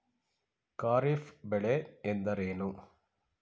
ಖಾರಿಫ್ ಬೆಳೆ ಎಂದರೇನು?